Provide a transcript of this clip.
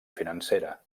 financera